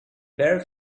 bare